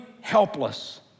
helpless